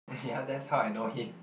ya that's how I know him